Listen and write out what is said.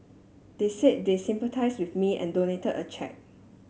they said they sympathise with me and donated a cheque